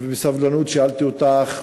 ובסבלנות שאלתי אותך,